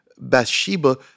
Bathsheba